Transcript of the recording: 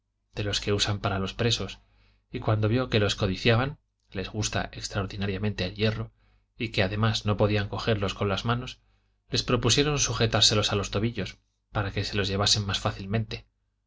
de los que se usan para los presos y cuando vio que los codiciaban les gusta extraordinariamente el hierro y que además no podían cogerlos con las manos les propuso sujetárselos a los tobillos para que se los llevasen más fácilmente